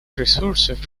ресурсов